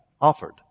offered